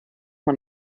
man